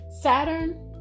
Saturn